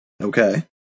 Okay